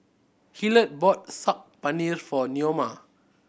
Hillard bought Saag Paneer for Neoma